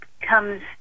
comes